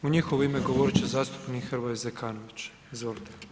U njihovo ime govorit će zastupnik Hrvoje Zekanović, izvolite.